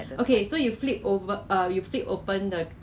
ya so 是真的好吃 ah 改次我 make 给你